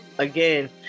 Again